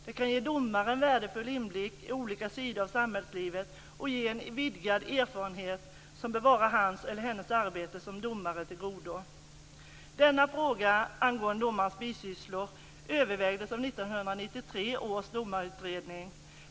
Det kan ge domaren värdefull inblick i olika sidor av samhällslivet och ge en vidgad erfarenhet som bör vara hans eller hennes arbete som domare till godo. Denna fråga angående domares bisysslor övervägdes av 1993 års domarutredning.